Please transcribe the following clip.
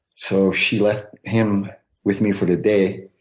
so she left him with me for the day.